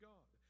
God